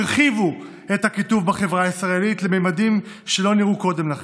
הרחיבו את הקיטוב בחברה הישראלית לממדים שלא נראו קודם לכן.